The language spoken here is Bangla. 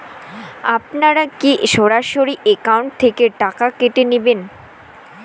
আপনারা কী সরাসরি একাউন্ট থেকে টাকা কেটে নেবেন?